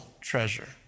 treasure